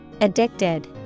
Addicted